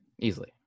Easily